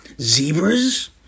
Zebras